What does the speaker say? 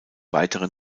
weitere